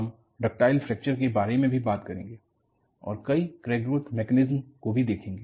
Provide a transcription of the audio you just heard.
हम ductile fracture के बारे में भी बात करेंगे और कई क्रैक ग्रोथ मैकेनिज्म को भी देखेंगे